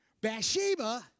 Bathsheba